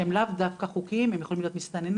שהם לאו דווקא חוקיים והם יכולים להיות מסתננים,